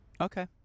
Okay